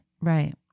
right